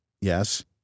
Yes